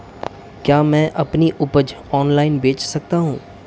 क्या मैं अपनी उपज ऑनलाइन बेच सकता हूँ?